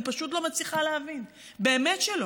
אני פשוט לא מצליחה להבין, באמת שלא.